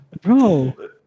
bro